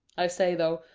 i say, though,